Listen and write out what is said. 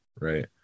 right